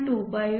25 आहे